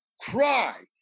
cry